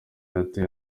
yatewe